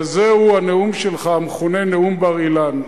כזה הוא הנאום שלך, המכונה "בר-אילן".